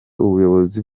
ubuyobozi